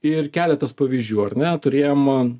ir keletas pavyzdžių ar ne turėjom